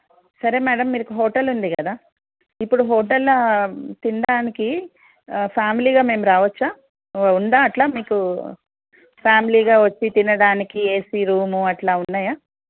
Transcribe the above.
సరే మ్యాడమ్ మీకు హోటల్ ఉంది కదా ఇప్పుడు హోటల్లో తినడానికి ఫ్యామిలీగా మేము రావచ్చా ఉందా అట్లా మీకు ఫ్యామిలీగా వచ్చి తినడానికి ఏసీ రూము అట్లా ఉన్నాయా